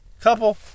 couple